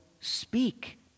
speak